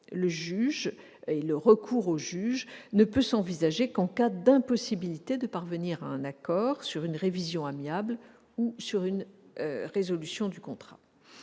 amiable. Le recours au juge ne peut s'envisager qu'en cas d'impossibilité de parvenir à un accord sur une révision amiable ou sur une résolution du contrat.